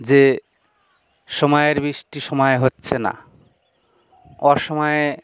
যে সময়ের বৃষ্টি সময়ে হচ্ছে না অসময়ে